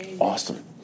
Awesome